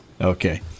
Okay